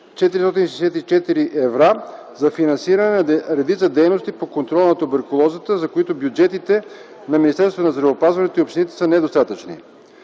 464 евро за финансиране на редица дейности по контрола на туберкулозата, за които бюджетите на Министерството на здравеопазването и общините са недостатъчни.